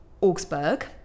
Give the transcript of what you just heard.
Augsburg